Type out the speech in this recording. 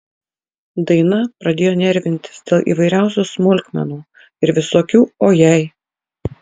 daina pradėjo nervintis dėl įvairiausių smulkmenų ir visokių o jei